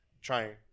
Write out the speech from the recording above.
trying